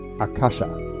Akasha